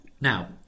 Now